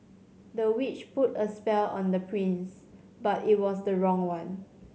the witch put a spell on the prince but it was the wrong one